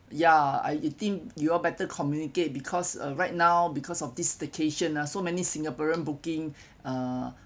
ya I think you all better communicate because ah right now because of this staycation ah so many singaporean booking uh